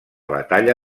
batalla